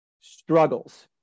struggles